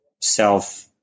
self